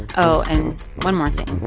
oh, and one more thing.